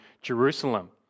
Jerusalem